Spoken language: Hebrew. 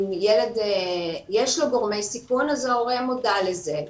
אם לילד יש גורמי סיכון אז ההורה מודע לזה.